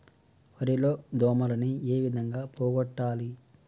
వరి లో దోమలని ఏ విధంగా పోగొట్టాలి?